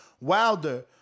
wilder